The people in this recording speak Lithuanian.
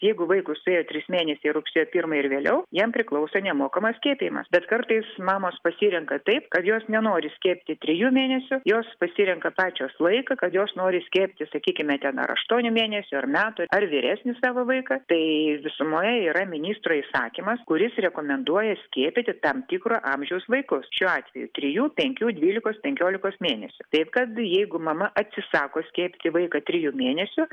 jeigu vaikui suėjo trys mėnesiai rugsėjo pirmą ir vėliau jam priklauso nemokamas skiepijimas bet kartais mamos pasirenka taip kad jos nenori skiepyti trijų mėnesių jos pasirenka pačios laiką kad jos nori skiepyti sakykime ten ar aštuonių mėnesių ar metų ar vyresnį savo vaiką tai visumoje yra ministro įsakymas kuris rekomenduoja skiepyti tam tikro amžiaus vaikus šiuo atveju trijų penkių dvylikos penkiolikos mėnesių taip kad jeigu mama atsisako skiepyti vaiką trijų mėnesių